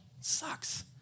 sucks